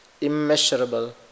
immeasurable